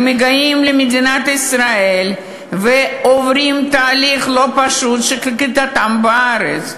הם מגיעים למדינת ישראל ועוברים תהליך לא פשוט של קליטתם בארץ,